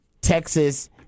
Texas